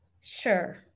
Sure